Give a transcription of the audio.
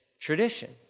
Tradition